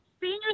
Senior